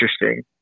interesting